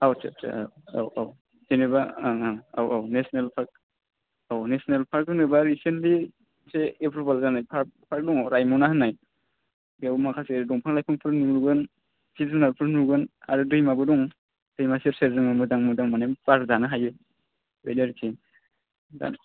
औ आत्सा आत्सा औ औ जेनेबा ओं ओं औ औ नेसनेल पार्क औ नेसनेल पार्क होनोबा रिसेन्टलिसो एप्रुभेल जानाय पार्क पार्क दंमोन रायमना होननाय बेयाव माखासे दंफां लाइफांफोर नुगोन जिब जुनारफोर नुगोन आरो दैमाबो दं दैमा सेर सेरजों मोजां मोजां बार जानो हायो बेनो आरो खि दा